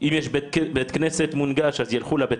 אם יש בית כנסת מונגש אז ילכו לבית